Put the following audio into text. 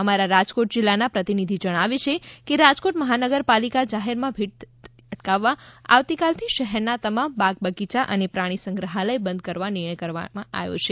અમારા રાજકોટ જિલ્લાના પ્રતિનિધિ જણાવે છે કે રાજકોટ મહાનગરપાલિકા જાહેરમાં ભીડ ભેગી થતી અટકાવવા આવતીકાલથી શહેરના તમામ બાગ બગીયા અને પ્રાણી સંગ્રહાલય બંધ કરવાનો નિર્ણય કરાયો છે